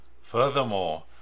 Furthermore